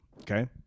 Okay